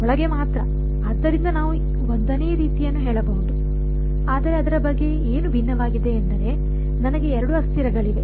ಆದ್ದರಿಂದ ನಾವು 1 ನೇ ರೀತಿಯನ್ನು ಹೇಳಬಹುದು ಆದರೆ ಅದರ ಬಗ್ಗೆ ಏನು ಭಿನ್ನವಾಗಿದೆ ಎಂದರೆ ನನಗೆ 2 ಅಸ್ಥಿರಗಳಿವೆ